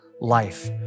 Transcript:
life